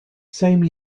same